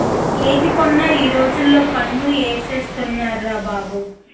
ఏది కొన్నా ఈ రోజుల్లో పన్ను ఏసేస్తున్నార్రా బాబు